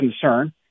concern